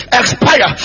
expire